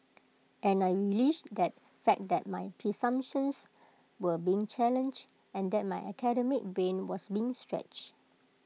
and I relished that fact that my presumptions were being challenged and that my academic brain was being stretched